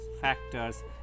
factors